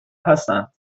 هستند